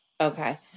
Okay